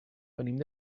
venim